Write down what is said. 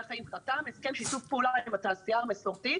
החיים חתם הסכם שיתוף פעולה עם התעשייה המסורתית